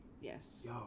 Yes